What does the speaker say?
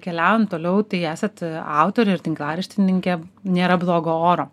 keliaujant toliau tai esat autorė ir tinklaraštininkė nėra blogo oro